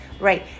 right